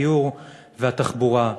הדיור והתחבורה.